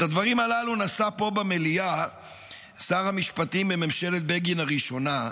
את הדברים הללו נשא פה במליאה שר המשפטים מממשלת בגין הראשונה,